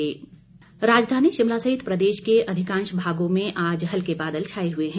मौसम राजधानी शिमला सहित प्रदेश के अधिकांश भागों में आज हल्के बादल छाए हए हैं